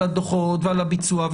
על הדוחות ועל הביצוע,